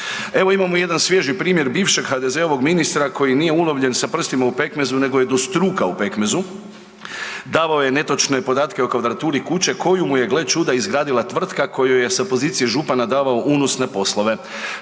Evo imamo jedan svježi primjer bivšeg HDZ-ovog ministra koji nije ulovljen s prstima u pekmezu nego je do struka u pekmezu. Davao je netočne podatke o kvadraturi kuće koje mu je gle čuda izgradila tvrtka kojoj se sa pozicije župana davao unosne poslove.